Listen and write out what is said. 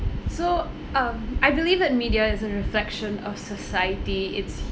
so um I believe that media is a reflection of society it's